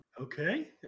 Okay